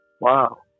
Wow